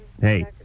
Hey